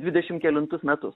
dvidešim kelintus metus